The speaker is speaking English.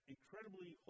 incredibly